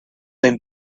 been